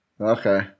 okay